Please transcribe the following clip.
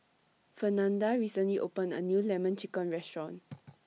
Fernanda recently opened A New Lemon Chicken Restaurant